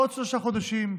עוד שלושה חודשים,